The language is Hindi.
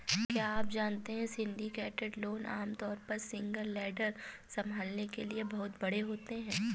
क्या आप जानते है सिंडिकेटेड लोन आमतौर पर सिंगल लेंडर संभालने के लिए बहुत बड़े होते हैं?